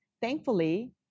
thankfully